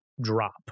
drop